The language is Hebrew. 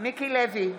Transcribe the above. מיקי לוי,